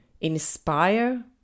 inspire